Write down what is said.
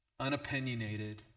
Unopinionated